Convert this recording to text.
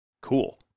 cool